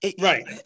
right